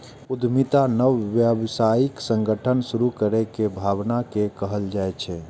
उद्यमिता नव व्यावसायिक संगठन शुरू करै के भावना कें कहल जाइ छै